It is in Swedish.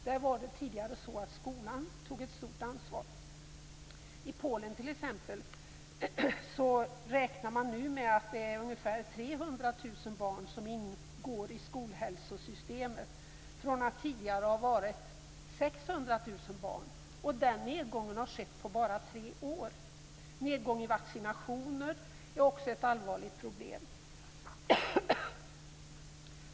Tidigare tog skolan ett stort ansvar. I t.ex. Polen räknar man nu med att ungefär 300 000 barn ingår i skolhälsosystemet, från att tidigare ha varit 600 000 barn. Den nedgången har skett på bara tre år. Nedgången i vaccinationer är också ett allvarligt problem.